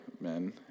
men